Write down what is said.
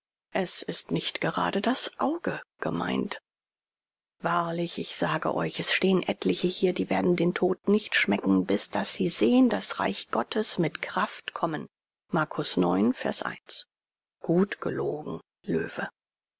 es ist nicht gerade das auge gemeint wahrlich ich sage euch es stehen etliche hier die werden den tod nicht schmecken bis daß sie sehen das reich gottes mit kraft kommen gut gelogen löwe